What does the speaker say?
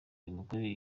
imikorere